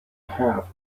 half